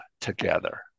together